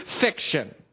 fiction